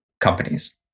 companies